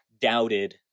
doubted